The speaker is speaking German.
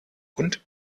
und